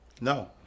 No